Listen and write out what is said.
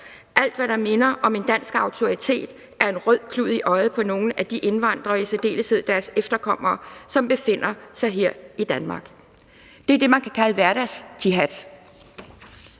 alt, hvad der minder om en dansk autoritet, er en rød klud i øjet på nogle af de indvandrere, og i særdeleshed deres efterkommere, som befinder sig her i Danmark. Det er det, man kan kalde hverdagsjihad.